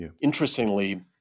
Interestingly